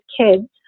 kids